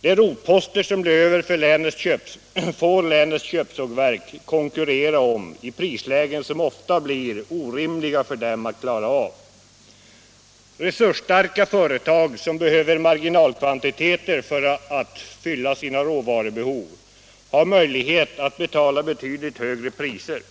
De rotposter som blir över får länets köpsågverk konkurrera om i prislägen som ofta blir orimliga för dem att klara av. Resursstarka företag, som behöver marginalkvantiteter för att fylla sina råvarubehov, har möjlighet att betala betydligt högre priser.